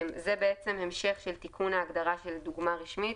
זה המשך של תיקון ההגדרה של דוגמה רשמית.